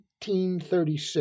1836